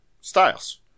Styles